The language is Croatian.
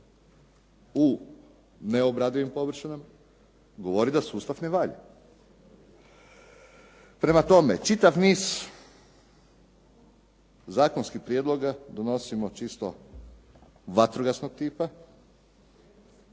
u neobradivim površinama govori da sustav ne valja. Prema tome, čitav niz zakonskih prijedloga donosimo čisto vatrogasnog tipa,